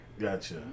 Gotcha